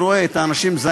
הוא חייב להיות גם ציוני,